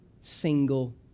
single